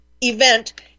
event